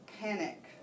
panic